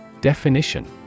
Definition